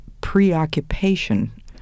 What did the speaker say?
preoccupation